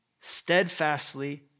steadfastly